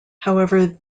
however